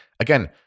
Again